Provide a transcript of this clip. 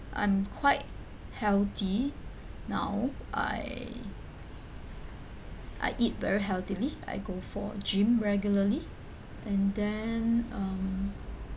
I'm quite healthy now I I eat very healthily I go for gym regularly and then um